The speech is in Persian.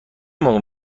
موقع